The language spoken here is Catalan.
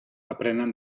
aprenen